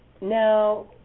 Now